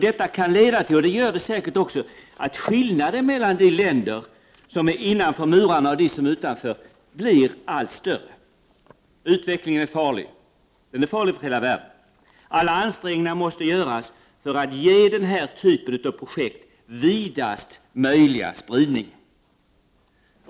Detta kan leda till att skillnaderna mellan de länder som är innanför murarna och de som är utanför blir allt större. Utvecklingen är farlig. Den är farlig för hela världen. Alla ansträngningar måste göras för att ge den här typen av projekt vidaste möjliga spridning.